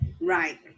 Right